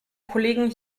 kollegen